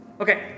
Okay